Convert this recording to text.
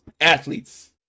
Athletes